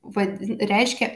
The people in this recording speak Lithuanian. vat reiškia